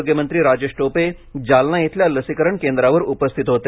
आरोग्यमंत्री राजेश टोपे जालना इथल्या लसीकरण केंद्रावर उपस्थित होते